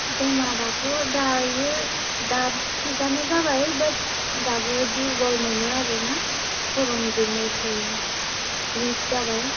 बेमाराथ' दायो दा थिगानो जाबाय बाट दाबो दुरबल मोनो आरोना खर' गिदिंबाय थायो विक जाबाय